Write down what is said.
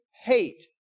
hate